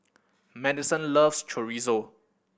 Maddison loves Chorizo